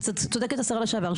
צודקת השרה לשעבר.